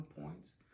points